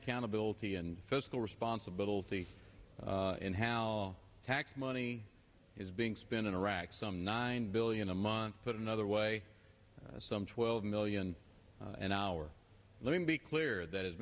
accountability and fiscal responsibility and how tax money is being spent in iraq some nine billion a month put another way some twelve million an hour let me be clear that as